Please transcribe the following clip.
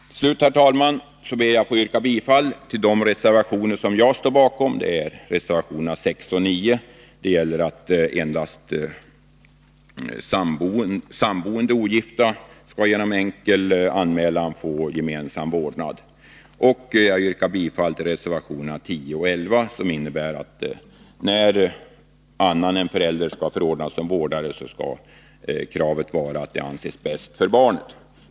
Till slut, herr talman, ber jag att få yrka bifall till de reservationer som jag står bakom. Det är reservationerna 6 och 9, som gäller att endast samboende ogifta föräldrar skall kunna få gemensam vårdnad genom ett enkelt anmälningsförfarande, samt reservationerna 10 och 11, som innebär att när annan än förälder skall förordnas som vårdare, skall kravet vara att det anses bäst för barnet.